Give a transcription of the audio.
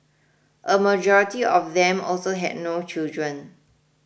a majority of them also had no children